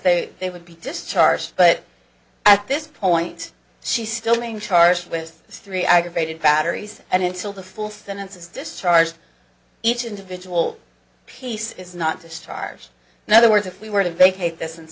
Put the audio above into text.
they would be discharged but at this point she still main charge with three aggravated batteries and until the full sentence is discharged each individual piece is not to stars another words if we were to vacate this and